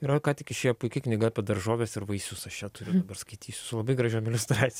yra ką tik išėjo puiki knyga apie daržoves ir vaisius aš ją turiu dabar skaitysiu su labai gražiom iliustrac